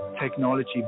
technology